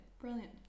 brilliant